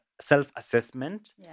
self-assessment